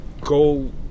go